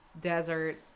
desert